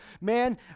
man